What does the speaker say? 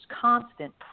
constant